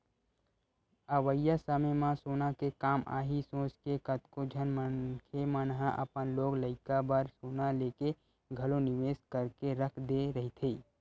अवइया समे म सोना के काम आही सोचके कतको झन मनखे मन ह अपन लोग लइका बर सोना लेके घलो निवेस करके रख दे रहिथे